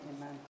Amen